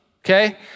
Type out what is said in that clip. okay